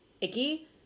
icky